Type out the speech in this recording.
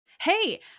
Hey